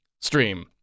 stream